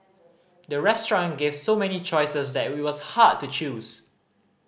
the restaurant gave so many choices that it was hard to choose